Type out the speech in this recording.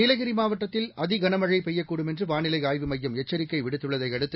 நீலகிரி மாவட்டத்தில் அதி கனமழை பெய்யக்கூடும் என்று வானிலை ஆய்வு மையம் எச்சிக்கை விடுத்துள்ளதை அடுத்து